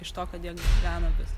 iš to kad gano avis